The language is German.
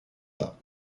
war